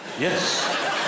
Yes